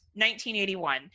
1981